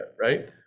right